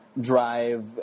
drive